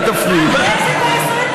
אל תפריעי לי,